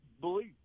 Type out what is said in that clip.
believe